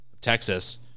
Texas